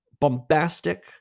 Bombastic